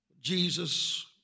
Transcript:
Jesus